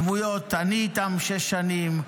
דמויות, אני איתם שש שנים,